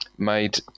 made